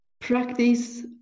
practice